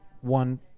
one